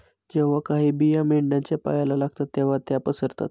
जेव्हा काही बिया मेंढ्यांच्या पायाला लागतात तेव्हा त्या पसरतात